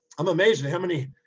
i'm amazed at how many,